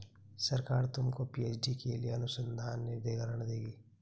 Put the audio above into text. सरकार तुमको पी.एच.डी के लिए अनुसंधान निधिकरण देगी